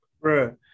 Bro